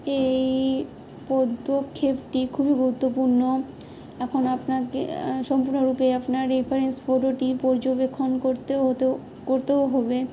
এই পদ্মক্ষেপটি খুবই গুরুত্বপূর্ণ এখন আপনাকে সম্পূর্ণ রূপে আপনার রেফারেন্স ফটোটি পর্যবেক্ষণ করতেও হতেও করতেও হবে